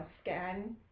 scan